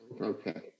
Okay